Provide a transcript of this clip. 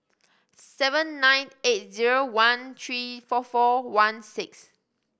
seven nine eight zero one three four four one six